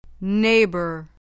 neighbor